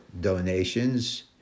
donations